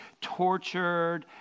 tortured